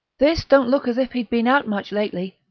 this don't look as if he'd been out much lately,